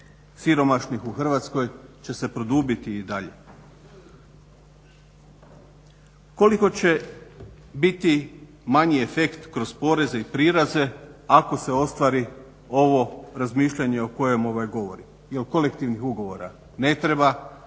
siromašnih u Hrvatskoj će se produbiti i dalje? Koliko će biti manji efekt kroz poreze i prireze ako se ostvari ovo razmišljanje o kojem govorimo? Jer kolektivnih ugovora ne treba,